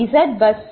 5 0